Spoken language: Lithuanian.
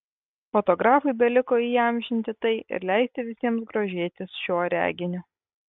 fotografui beliko įamžinti tai ir leisti visiems grožėtis šiuo reginiu